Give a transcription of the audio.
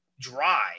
dry